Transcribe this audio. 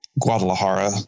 Guadalajara